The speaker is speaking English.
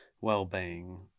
well-being